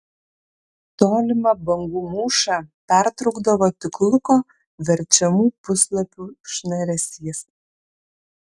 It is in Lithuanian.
tolimą bangų mūšą pertraukdavo tik luko verčiamų puslapių šnaresys